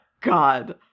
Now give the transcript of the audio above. God